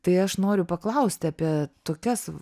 tai aš noriu paklausti apie tokias